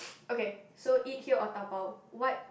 okay so eat here or dabao what